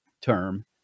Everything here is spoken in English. term